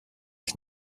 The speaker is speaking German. ich